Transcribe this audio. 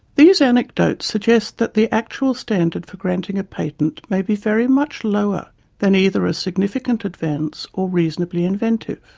these anecdotes suggest that the actual standard for granting a patent may be very much lower than either a significant advance or reasonably inventive.